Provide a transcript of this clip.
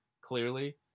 clearly